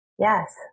Yes